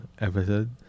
episode